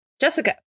Jessica